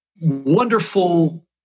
wonderful